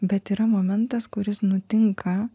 bet yra momentas kuris nutinka